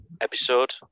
episode